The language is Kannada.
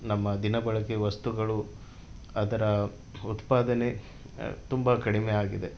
ನಮ್ಮ ದಿನಬಳಕೆ ವಸ್ತುಗಳು ಅದರ ಉತ್ಪಾದನೆ ತುಂಬ ಕಡಿಮೆ ಆಗಿದೆ